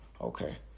okay